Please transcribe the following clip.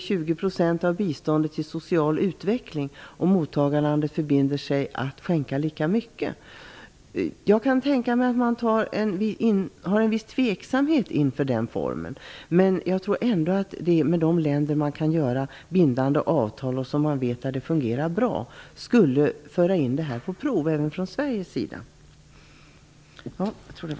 20 % av biståndet till social utveckling, om mottagarlandet förbinder sig att skänka lika mycket. Jag kan tänka mig att man känner en viss tveksamhet inför den formen, men jag tror ändå att man även från Sveriges sida för de länder som man kan göra bindande avtal med och för vilka man vet att det fungerar bra skulle kunna införa detta på prov.